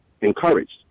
encouraged